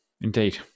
indeed